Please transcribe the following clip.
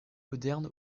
moderne